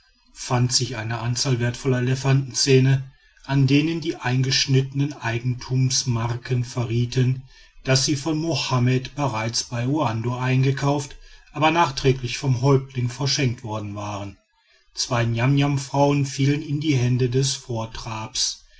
fand sich eine anzahl wertvoller elefantenzähne an denen die eingeschnittenen eigentumsmarken verrieten daß sie von mohammed bereits bei uando eingekauft aber nachträglich vom häuptling verschenkt worden waren zwei niamniamfrauen fielen in die hände des vortrabs